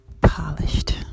Polished